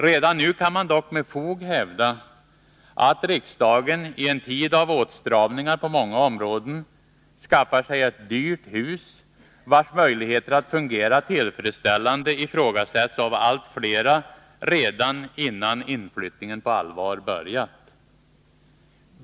Redan nu kan man dock med fog hävda att riksdagen, i en tid av åtstramningar på många områden, skaffar sig ett dyrt hus, vars möjligheter att fungera tillfredsställande ifrågasätts av allt flera redan innan inflyttningen på allvar börjat.